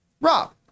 Rob